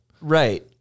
right